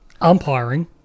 umpiring